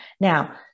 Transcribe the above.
Now